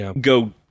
Go